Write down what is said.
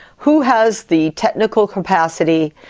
who has the technical capacity,